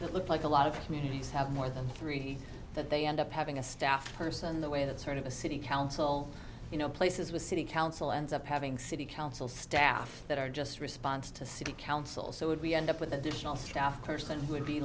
it looked like a lot of communities have more than three that they end up having a staff person the way that sort of a city council you know places with city council ends up having city council staff that are just response to city council so would we end up with additional staff person who would be